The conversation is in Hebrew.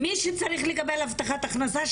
מי שצריך לקבל הבטחת הכנסה,